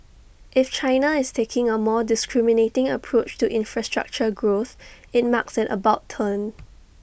if China is taking A more discriminating approach to infrastructure growth IT marks an about turn